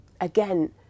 again